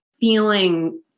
feeling